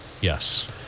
Yes